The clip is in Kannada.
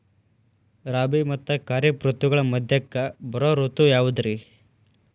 ರಾಬಿ ಮತ್ತ ಖಾರಿಫ್ ಋತುಗಳ ಮಧ್ಯಕ್ಕ ಬರೋ ಋತು ಯಾವುದ್ರೇ?